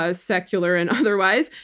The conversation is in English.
ah secular and otherwise,